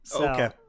Okay